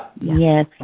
Yes